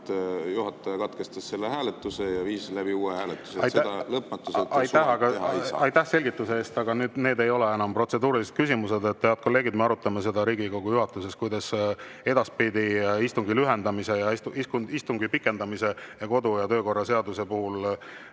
juhataja katkestas hääletuse ja viis läbi uue hääletuse. Seda lõpmatuseni teha ei saa. Aitäh selgituse eest, aga need ei ole enam protseduurilised küsimused. Head kolleegid, me arutame seda Riigikogu juhatuses, kuidas me edaspidi istungi lühendamise, istungi pikendamise ja kodu- ja töökorra seaduse puhul